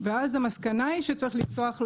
ואז המסקנה היא שצריך לפתוח לייבוא,